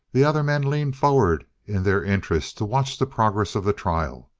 the other men leaned forward in their interest to watch the progress of the trial,